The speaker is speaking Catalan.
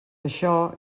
això